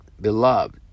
beloved